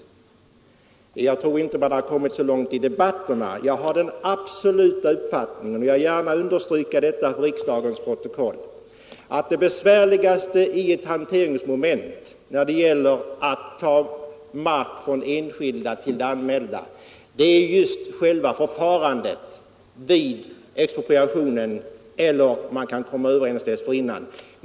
Jag tror inte att man har kommit så långt i överläggningarna. Jag har den absoluta uppfattningen — det vill jag understryka och föra till kammarens protokoll — att det besvärligaste när det gäller att överföra mark från enskilda till det allmänna är just själva förfarandet vid expropriationen eller vid den överenskommelse som man dessförinnan kan komma fram till.